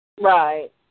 Right